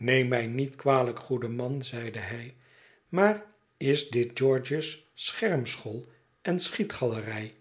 neem mij niet kwalijk goede man zeide hij maar is dit george's schermschool en schietgalerij r